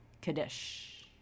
Kaddish